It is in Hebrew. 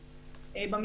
אגב,